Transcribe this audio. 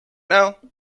now